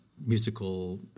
musical